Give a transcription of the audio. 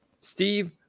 steve